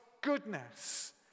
goodness